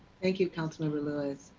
think you councilmember lewis.